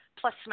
plus